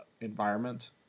environment